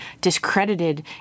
discredited